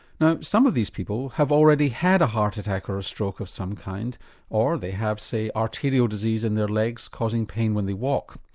now some of these people have already had a heart attack or a stroke of some kind or they have, say arterial disease in their legs causing pain when they walk.